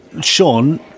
Sean